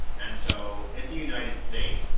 and so in the united states,